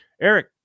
Eric